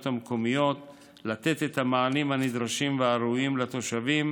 המקומיות לתת את המענים הנדרשים והראויים לתושבים,